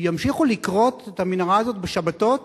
ימשיכו לכרות את המנהרה הזאת בשבתות,